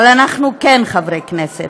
אבל אנחנו כן חברי כנסת,